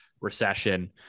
recession